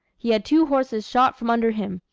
he had two horses shot from under him,